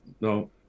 no